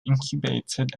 incubated